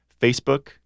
facebook